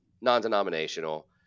non-denominational